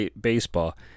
baseball